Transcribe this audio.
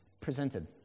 presented